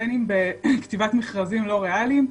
בין אם בכתיבת מכרזים לא ריאליים,